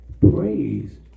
praise